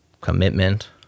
commitment